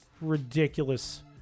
ridiculous